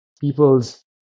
people's